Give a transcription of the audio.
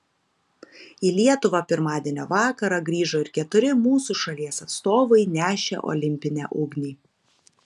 į lietuvą pirmadienio vakarą grįžo ir keturi mūsų šalies atstovai nešę olimpinę ugnį